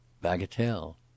Bagatelle